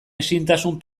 ezintasun